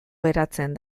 geratzen